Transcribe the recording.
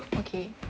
okay